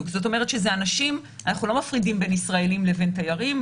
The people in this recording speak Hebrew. אנחנו לא מפרידים בין ישראלים לבין תיירים,